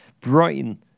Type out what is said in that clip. Brighton